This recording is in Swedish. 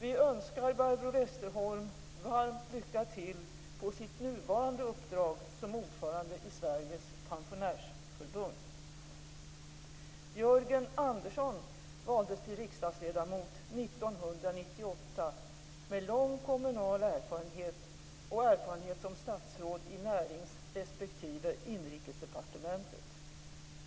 Vi önskar Barbro Westerholm varmt lycka till på sitt nuvarande uppdrag, som ordförande i Sveriges pensionärsförbund. 1998, med lång kommunal erfarenhet och erfarenhet som statsråd i Närings respektive Inrikesdepartementet.